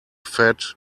fed